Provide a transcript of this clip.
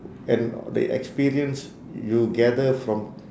and the experience you gather from